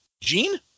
Gene